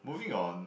moving on